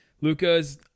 Lucas